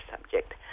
subject